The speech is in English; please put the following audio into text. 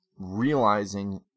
realizing